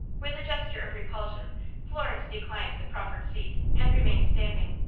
with a gesture of repulsion florence declined the proffered seat, and remained standing.